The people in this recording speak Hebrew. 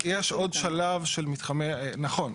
יש עוד שלב של מתחמי, נכון.